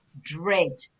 dread